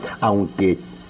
aunque